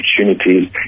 opportunities